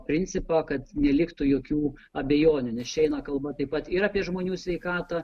principą kad neliktų jokių abejonių nes čia eina kalba taip pat ir apie žmonių sveikatą